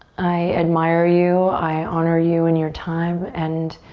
i admire you. i honor you and your time. and,